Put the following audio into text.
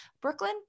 Brooklyn